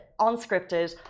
unscripted